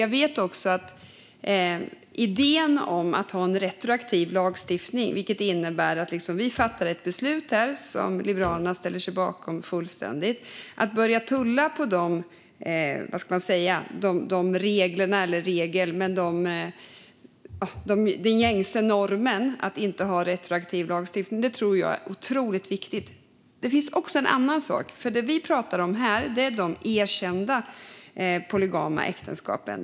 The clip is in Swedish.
Jag vet också att det är viktigt att inte tulla på den gängse normen om att inte ha retroaktiv lagstiftning. En annan sak är att det vi pratar om här är de erkända polygama äktenskapen.